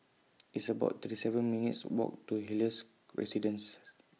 It's about thirty seven minutes Walk to Helios Residences